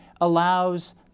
allows